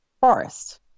Forest